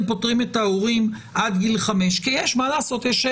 פוטרים את ההורים עד גיל חמש כי יש קוהרנטיות.